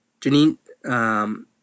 Janine